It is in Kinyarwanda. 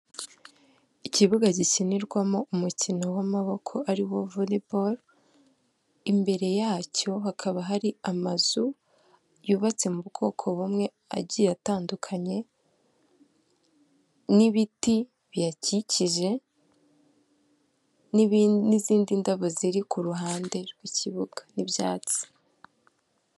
Ikibuga gikinirwamo umukino w'amaboko arimo voreboru, imbere yacyo hakaba hari amazu yubatse mu bwoko bumwe agiye atandukanye, n'ibiti biyakikije n'izindi ndabo ziri ku ruhande rw'ikibuga n'ibyatsi.